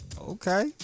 Okay